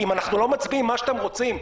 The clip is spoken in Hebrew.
אם אנחנו לא מצביעים מה שאתם רוצים,